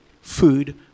food